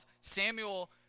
Samuel